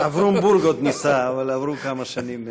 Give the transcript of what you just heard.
אברום בורג עוד ניסה, אבל עברו כמה שנים מאז.